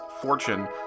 fortune